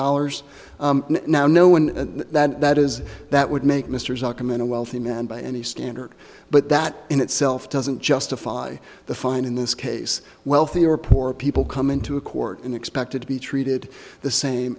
dollars now no one and that is that would make mr zuckerman a wealthy man by any standard but that in itself doesn't justify the find in this case wealthy or poor people come into a court and expected to be treated the same